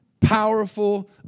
powerful